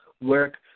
work